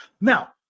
Now